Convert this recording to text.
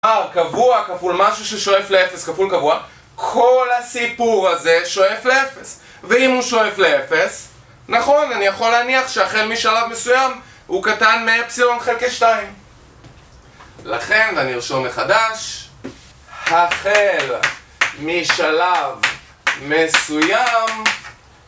קבוע, כפול משהו ששואף לאפס, כפול קבוע כל הסיפור הזה שואף לאפס ואם הוא שואף לאפס, נכון אני יכול להניח שהחל משלב מסוים הוא קטן מאפסילון חלקי שתיים לכן ואני ארשום מחדש החל משלב מסוים